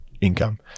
income